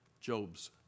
Job's